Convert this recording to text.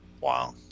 Wow